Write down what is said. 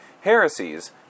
heresies